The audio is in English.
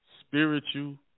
spiritual